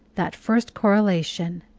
that first correlation,